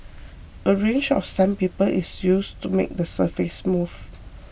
a range of sandpaper is used to make the surface smooth